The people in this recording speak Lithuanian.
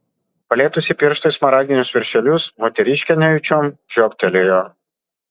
palietusi pirštais smaragdinius viršelius moteriškė nejučiom žioptelėjo